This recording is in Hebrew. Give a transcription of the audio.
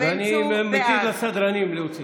ואני מתיר לסדרנים להוציא.